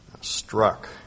struck